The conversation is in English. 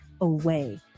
away